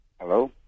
Hello